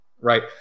right